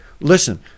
listen